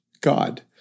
God